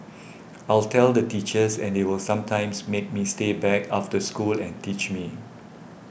I'll tell the teachers and they will sometimes make me stay back after school and teach me